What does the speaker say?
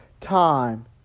time